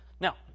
Now